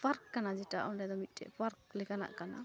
park ᱠᱟᱱᱟ ᱡᱮᱴᱟ ᱚᱸᱰᱮᱫᱚ ᱢᱤᱫᱴᱮᱡ ᱯᱟᱨᱠ ᱞᱮᱠᱟᱱᱟᱜ ᱠᱟᱱᱟ